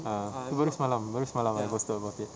ah evening semalam only semalam I posted about it